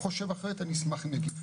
חושב אחרת אני אשמח אם יגידו.